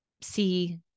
see